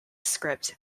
script